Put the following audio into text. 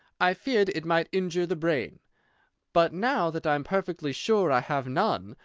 i feared it might injure the brain but, now that i'm perfectly sure i have none,